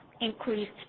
increased